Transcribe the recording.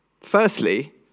Firstly